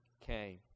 came